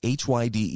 HYDE